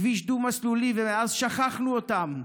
כביש דו-מסלולי, ומאז שכחנו אותם.